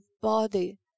body